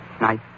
night